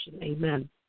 Amen